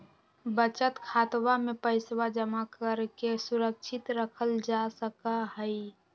बचत खातवा में पैसवा जमा करके सुरक्षित रखल जा सका हई